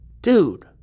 Dude